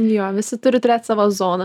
jo visi turi turėt savo zoną